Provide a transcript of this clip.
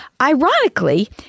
Ironically